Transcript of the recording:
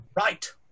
Right